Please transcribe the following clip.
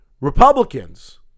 Republicans